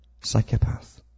psychopath